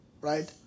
Right